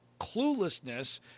cluelessness